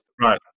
right